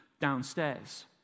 downstairs